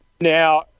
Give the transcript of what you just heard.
Now